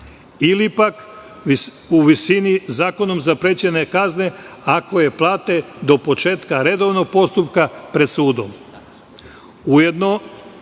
ili u visini zakonom zaprećene kazne ako je plate do početka redovnog postupka pred